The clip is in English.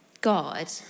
God